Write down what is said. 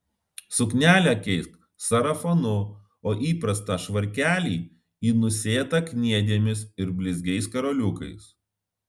suknelę keisk sarafanu o įprastą švarkelį į nusėtą kniedėmis ir blizgiais karoliukais